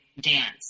dance